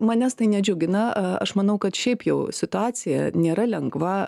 manęs tai nedžiugina aš manau kad šiaip jau situacija nėra lengva